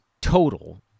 total